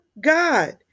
God